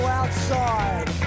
outside